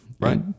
Right